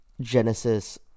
genesis